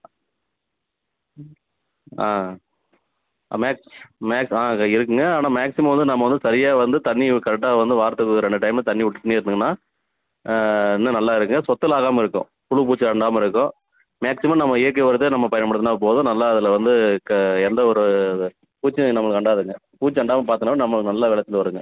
ம் ஆ ஆ ஆ இருக்குங்க ஆனால் மேக்சிமம் வந்து நம்ம வந்து சரியாக வந்து தண்ணி கரெக்ட்டாக வந்து வாரத்துக்கு ரெண்டு டைமும் தண்ணி விட்டுக்கிட்டே இருக்கணும்னால் இன்னும் நல்லா இருக்குங்க சொத்தல் ஆகாமல் இருக்கும் புழு பூச்சி அண்டாமல் இருக்கும் மேக்சிமம் நம்ம இயற்கை உரத்தை நம்ம பயன்படுத்தினால் போதும் நல்லா அதில் வந்து எந்த ஒரு பூச்சியும் நம்மளுக்கு அண்டாதுங்க பூச்சி அண்டாமல் பார்த்தோம்னாலே நம்ம நல்ல விளைச்சல் வருங்க